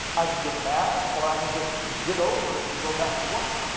i could get mad or i can just get over it and go back to work.